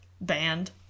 band